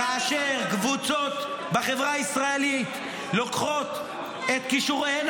כאשר קבוצות בחברה הישראלית לוקחות את כישוריהן